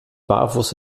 barfuß